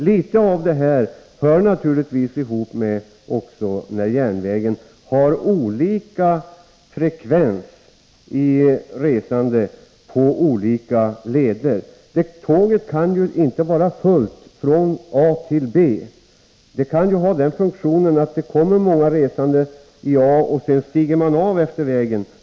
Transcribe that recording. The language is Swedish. Samma sak gäller naturligtvis järnvägen, som har olika frekvens i resande på olika leder. Tåget kan inte vara fullt från A till B. Många resande stiger kanske på i A och stiger av utefter vägen.